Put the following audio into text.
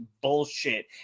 bullshit